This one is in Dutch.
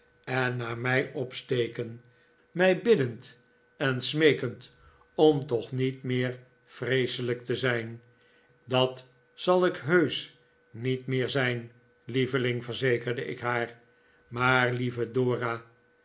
en naar mij opsteken mij biddend en juffrouw mills komt mij te hulp smeekend om toch niet meer vreeselijk te zijn rr dat zal ik heusch niet meer zijn lieveling verzekerde ik haar maar lieve dora